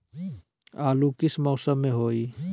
आलू किस मौसम में होई?